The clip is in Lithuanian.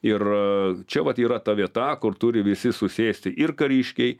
ir čia vat yra ta vieta kur turi visi susėsti ir kariškiai